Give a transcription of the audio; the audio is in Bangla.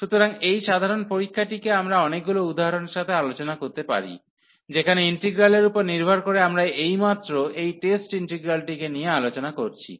সুতরাং এই সাধারণ পরীক্ষাটিকে আমরা অনেকগুলি উদাহরণের সাথে আলোচনা করতে পারি যেখানে ইন্টিগ্রালের উপর নির্ভর করে আমরা এইমাত্র এই টেস্ট ইন্টিগ্রালটিকে নিয়ে আলোচনা করছি